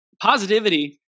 positivity